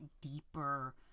deeper